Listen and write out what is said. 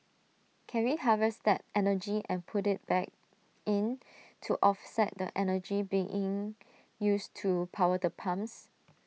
can we harvest that energy and put IT back in to offset the energy being used to power the pumps